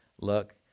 look